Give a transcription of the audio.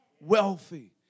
wealthy